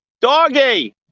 Doggy